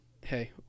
Hey